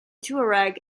tuareg